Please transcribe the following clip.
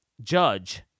judge